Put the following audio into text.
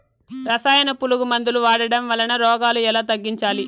రసాయన పులుగు మందులు వాడడం వలన రోగాలు ఎలా తగ్గించాలి?